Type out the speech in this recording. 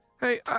Hey